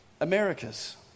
America's